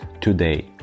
today